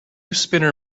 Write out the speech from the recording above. spinner